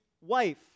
wife